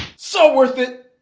so worth it!